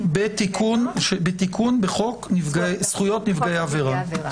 בתיקון בחוק זכויות נפגעי עבירה.